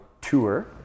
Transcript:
tour